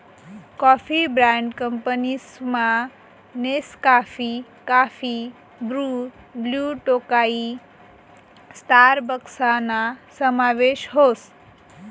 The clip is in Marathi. कॉफी ब्रँड कंपनीसमा नेसकाफी, काफी ब्रु, ब्लु टोकाई स्टारबक्सना समावेश व्हस